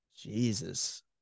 Jesus